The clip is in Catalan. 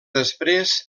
després